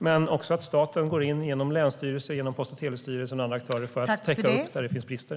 Men staten går också in, genom länsstyrelsen och Post-och telestyrelsen och andra aktörer, för att täcka upp där det finns brister.